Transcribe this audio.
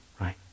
right